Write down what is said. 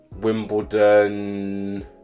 Wimbledon